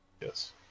Yes